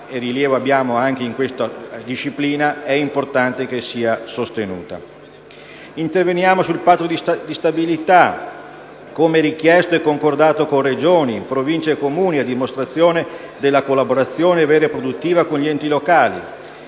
valore abbiamo in questa disciplina ed è importante, quindi, che sia sostenuta. Interveniamo sul Patto di stabilità, come richiesto e concordato con Regioni, Province e Comuni a dimostrazione della collaborazione vera e produttiva con gli enti locali;